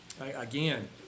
again